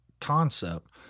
concept